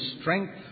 strength